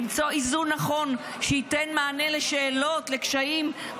למצוא איזון נכון שייתן מענה לשאלות, לקשיים.